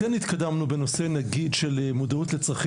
כן התקדמנו בנושא נגיד של מודעות לצרכים